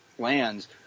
lands